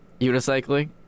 unicycling